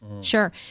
Sure